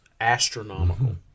astronomical